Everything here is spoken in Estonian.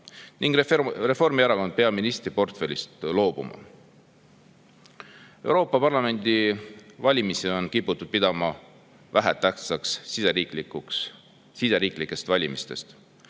ning Reformierakond peaministri portfellist loobuma. Euroopa Parlamendi valimisi on kiputud pidama vähem tähtsaks siseriiklikest valimistest,